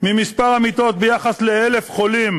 ממספר המיטות, ביחס ל-1,000 חולים,